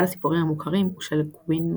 אחד הסיפורים המוכרים הוא של קווין מיטניק.